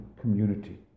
community